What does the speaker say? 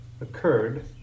occurred